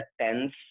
tense